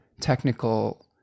technical